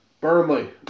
Burnley